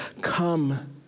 Come